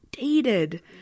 dated